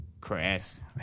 Chris